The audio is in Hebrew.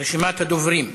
רשימת הדוברים סגורה.